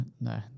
no